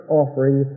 offering